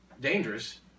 dangerous